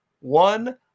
one